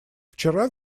вчера